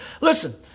Listen